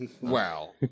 Wow